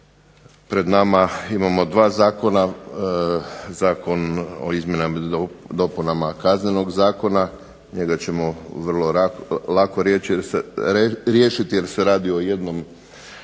Pred nama imamo dva zakona, Zakon o izmjenama i dopunama Kaznenog zakona, njega ćemo vrlo lako riješiti jer se radi o jednoj jedinoj